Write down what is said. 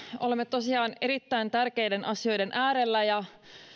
olemme tosiaan erittäin tärkeiden asioiden äärellä ja